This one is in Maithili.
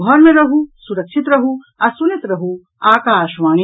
घर मे रहू सुरक्षित रहू आ सुनैत रहू आकाशवाणी